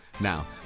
Now